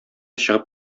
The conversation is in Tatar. чыгып